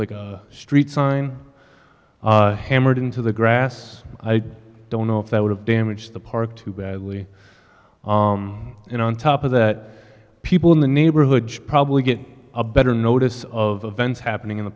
like a street sign hammered into the grass i don't know if that would have damaged the park too badly and on top of that people in the neighborhood should probably get a better notice of vents happening in the